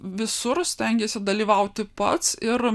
visur stengėsi dalyvauti pats ir